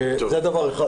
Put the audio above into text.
זה דבר אחד.